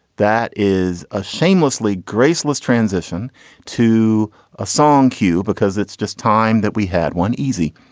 that is a shamelessly graceless transition to a song cue because it's just time that we had one. easy.